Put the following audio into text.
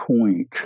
point